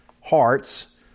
hearts